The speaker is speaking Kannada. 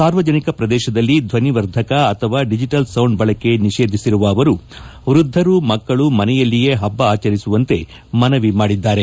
ಸಾರ್ವಜನಿಕ ಪ್ರದೇಶದಲ್ಲಿ ಧ್ವಿವರ್ಧಕ ಅಥವಾ ಡಿಜೆಟಲ್ ಸೌಂಡ್ ಬಳಕೆ ನಿಷೇಧಿಸಿರುವ ಅವರು ವೃದ್ಧರು ಮಕ್ಕಳು ಮನೆಯಲ್ಲಿಯೇ ಹಬ್ಬ ಆಚರಿಸುವಂತೆ ಮನವಿ ಮಾಡಿದ್ದಾರೆ